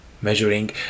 measuring